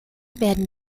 werden